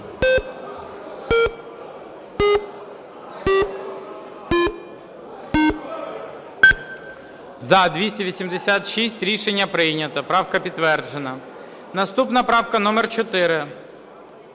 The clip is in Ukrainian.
За-286 Рішення прийнято. Правка підтверджена. Наступна правка номер 4.